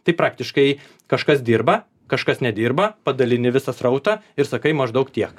tai praktiškai kažkas dirba kažkas nedirba padalini visą srautą ir sakai maždaug tiek